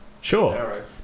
Sure